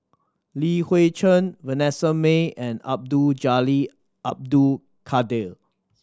Li Hui Cheng Vanessa Mae and Abdul Jalil Abdul Kadir